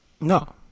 No